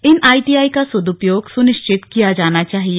इन ITI का सद्दपयोग सुनिश्चित किया जाना चाहिए